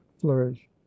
flourish